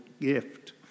gift